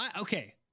okay